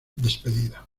despedida